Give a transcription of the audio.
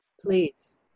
please